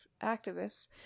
activists